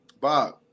Bob